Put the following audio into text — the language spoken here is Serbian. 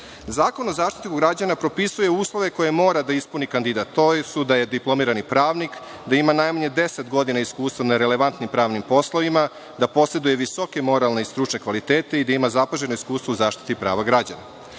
cilja. Zakon o Zaštitniku građana propisuje uslove koje mora da ispuni kandidat, a to su: da je diplomirani pravnik, da ima najmanje 10 godina iskustva na relevantnim pravnim poslovima, da poseduje visoke moralne i stručne kvalitete i da ima zapaženo iskustvo u zaštiti prava